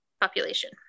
population